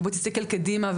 ובוא תסתכל קדימה,